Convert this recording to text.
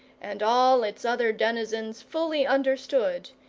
and all its other denizens fully understood,